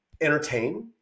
entertain